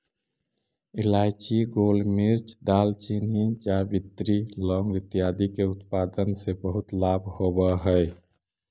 इलायची, गोलमिर्च, दालचीनी, जावित्री, लौंग इत्यादि के उत्पादन से बहुत लाभ होवअ हई